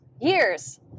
years